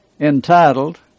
entitled